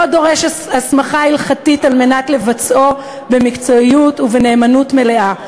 ואינו דורש הסמכה הלכתית כדי לבצעו במקצועיות ובנאמנות מלאה.